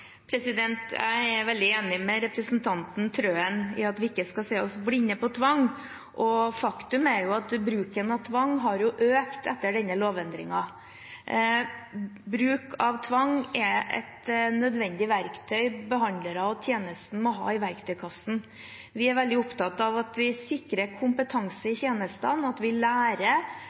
Jeg er veldig enig med representanten Trøen i at vi ikke skal se oss blinde på tvang. Faktum er at bruken av tvang har økt etter denne lovendringen. Bruk av tvang er et nødvendig verktøy behandlere og tjenesten må ha i verktøykassen. Vi er veldig opptatt av at vi sikrer kompetanse i tjenestene, at vi gjennom en sånn evaluering lærer